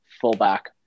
fullback